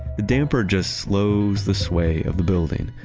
the damper just slows the sway of the building.